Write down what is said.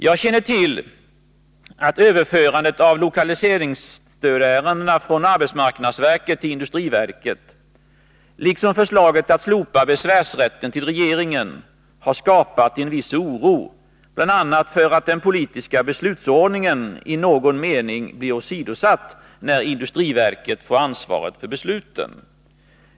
Jag känner till att överförandet av lokaliseringsstödsärendena från arbetsmarknadsverket till industriverket liksom förslaget att slopa besvärsrätten hos regeringen har skapat en viss oro, bl.a. för att den politiska beslutsordningen i någon mening blir åsidosatt när industriverket får ansvaret för besluten.